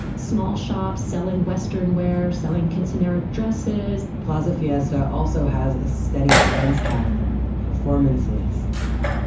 small shops selling western wear, selling quinceanera dresses plaza fiesta also has a steady events calendar of performances yeah